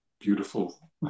beautiful